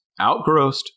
outgrossed